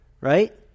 right